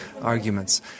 arguments